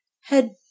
had